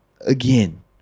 again